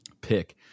pick